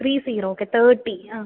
three zero okay thirty ആ